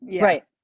Right